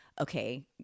okay